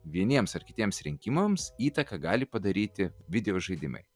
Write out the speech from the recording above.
vieniems ar kitiems rinkimams įtaką gali padaryti videožaidimai